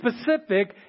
specific